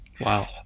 Wow